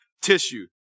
tissue